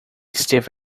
esteve